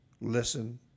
listen